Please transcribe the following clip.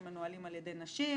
לגופים שמנוהלים על ידי נשים,